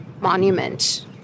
Monument